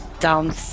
Down